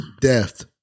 death